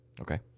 Okay